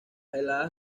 heladas